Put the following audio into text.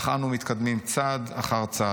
אך אנו מתקדמים צעד אחר צעד.